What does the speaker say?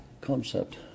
concept